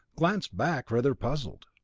glanced back rather puzzled.